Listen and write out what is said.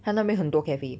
它那边很多 cafe